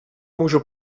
můžu